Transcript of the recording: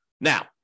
Now